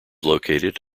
located